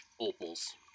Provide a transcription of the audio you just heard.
Opal's